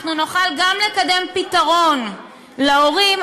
אנחנו נוכל גם לקדם פתרון להורים,